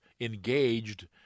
engaged